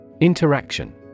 Interaction